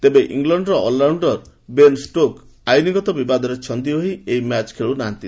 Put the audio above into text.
ତେବେ ଇଂଲଣ୍ଡର all rounder Ben Stokes ଆଇନଗତ ବିବାଦରେ ଛନ୍ଦିହୋଇ ଏହି ମ୍ୟାଚ୍ ଖେଳୁ ନାହାନ୍ତି